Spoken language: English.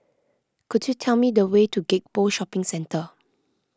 could you tell me the way to Gek Poh Shopping Centre